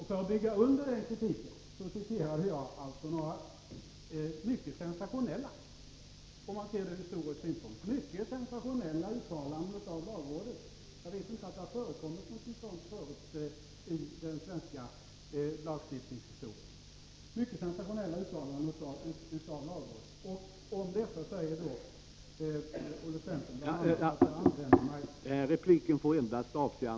För att bygga under den kritiken citerade jag några, sett ur historisk synpunkt, mycket sensationella uttalanden av lagrådet. Jag vet inte att det tidigare förekommit något sådant i svensk lagstiftnings historia.